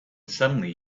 suddenly